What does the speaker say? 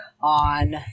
on